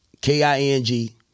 K-I-N-G